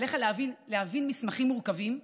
עליך להבין מסמכים מורכבים,